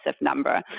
number